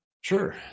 Sure